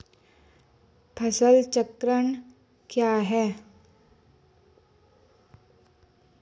फसल चक्रण क्या है?